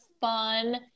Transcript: fun